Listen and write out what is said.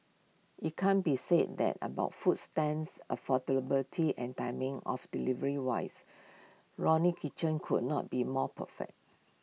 IT can be said that about food stands affordability and timing of delivery wise Ronnie kitchen could not be more perfect